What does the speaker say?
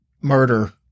murder